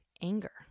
anger